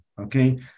Okay